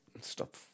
Stop